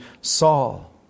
Saul